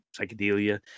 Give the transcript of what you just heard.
psychedelia